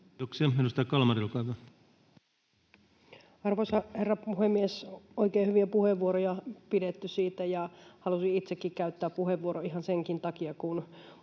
Arvoisa herra puhemies! Oikein hyviä puheenvuoroja on pidetty, ja halusin itsekin käyttää puheenvuoron ihan senkin takia,